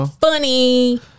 Funny